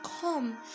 come